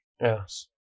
yes